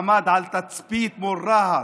עמד על תצפית מול רהט,